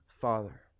father